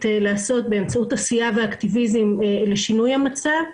לעשות באמצעות עשייה ואקטיביזם לשינוי המצב.